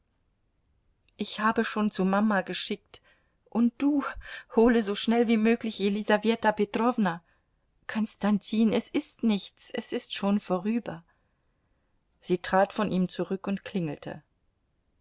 ich habe schon zu mama geschickt und du hole so schnell wie möglich jelisaweta petrowna konstantin es ist nichts es ist schon vorüber sie trat von ihm zurück und klingelte